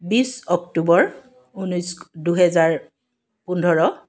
বিশ অক্টোবৰ ঊনৈছ দুহেজাৰ পোন্ধৰ